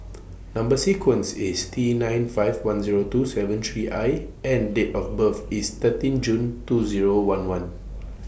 Number sequence IS T nine five one Zero two seven three I and Date of birth IS thirteen June two Zero one one